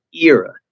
era